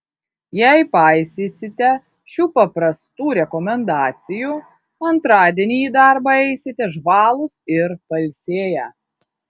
jei paisysite šių paprastų rekomendacijų antradienį į darbą eisite žvalūs ir pailsėję